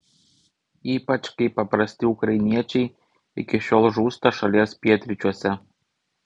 ypač kai paprasti ukrainiečiai iki šiol žūsta šalies pietryčiuose